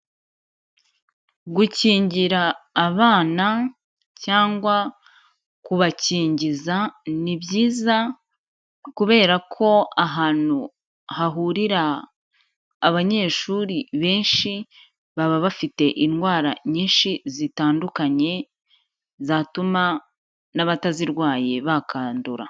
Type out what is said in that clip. Gukingira abana cyangwa kubakingiza ni byiza kubera ko ahantu hahurira abanyeshuri benshi baba bafite indwara nyinshi zitandukanye zatuma n'abatazirwaye bakandura.